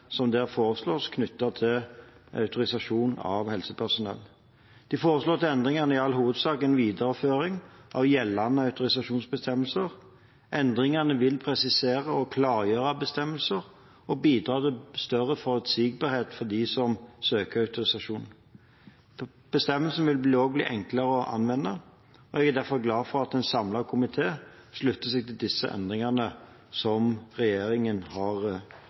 som der foreslås knyttet til autorisasjon for helsepersonell. De foreslåtte endringene er i all hovedsak en videreføring av gjeldende autorisasjonsbestemmelser. Endringene vil presisere og klargjøre bestemmelser og bidra til større forutsigbarhet for dem som søker autorisasjon. Bestemmelsene vil også bli enklere å anvende, og jeg er derfor glad for at en samlet komité slutter seg til de endringene som regjeringen har